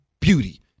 Beauty